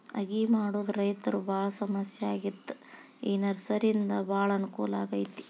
ಅಗಿ ಮಾಡುದ ರೈತರು ಬಾಳ ಸಮಸ್ಯೆ ಆಗಿತ್ತ ಈ ನರ್ಸರಿಯಿಂದ ಬಾಳ ಅನಕೂಲ ಆಗೈತಿ